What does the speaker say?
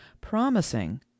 promising